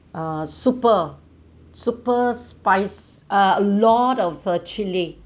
uh super super spice uh a lot of uh chilli